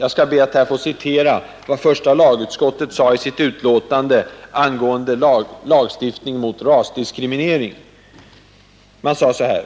Jag skall be att här få citera vad första lagutskottet anförde i sitt utlåtande angående lagstiftning mot rasdiskriminering.